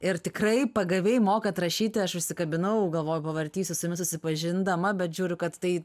ir tikrai pagaviai mokat rašyti aš užsikabinau galvojau pavartysiu su jumis susipažindama bet žiūriu kad tai